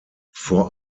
vor